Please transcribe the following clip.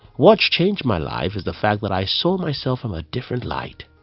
what changed my life is the fact that i saw myself from a different light.